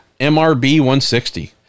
MRB160